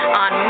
on